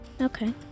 Okay